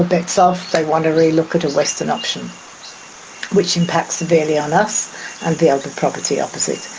ah bets off. they want to relook at a western option which impacts severely on us and the other property opposite.